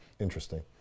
interesting